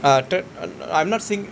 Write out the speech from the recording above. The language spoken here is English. uh thread~ I'm I'm not seeing